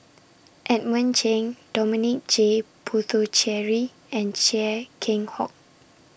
Edmund Cheng Dominic J Puthucheary and Chia Keng Hock